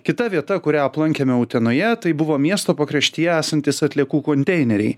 kita vieta kurią aplankėme utenoje tai buvo miesto pakraštyje esantys atliekų konteineriai